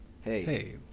Hey